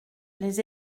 les